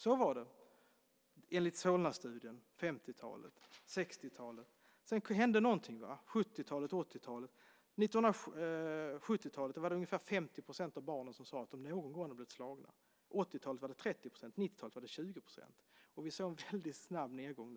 Så var det enligt Solnastudien på 50-talet och 60-talet. Sedan hände någonting på 70-talet och 80-talet. På 70-talet var det ungefär 50 % av barnen som sade att de någon gång hade blivit slagna. På 80-talet var det 30 % och på 90-talet var det 20 %. Vi såg en väldigt snabb nedgång.